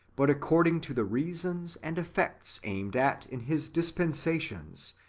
but according to the reasons and effects aimed at in his dispensations,